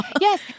Yes